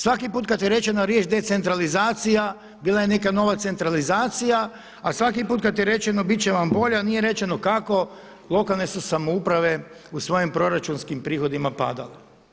Svaki put kada je rečena riječ decentralizacija, bila je neka nova centralizacija a svaki put kada je rečeno biti će vam bolje a nije rečeno kako lokalne su samouprave u svojim proračunskim prihodima padale.